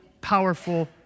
powerful